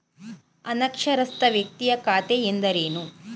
ಅನಕ್ಷರಸ್ಥ ವ್ಯಕ್ತಿಯ ಖಾತೆ ಎಂದರೇನು?